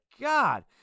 god